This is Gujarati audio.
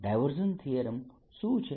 ડાયવર્જન્સ થીયરમ શું છે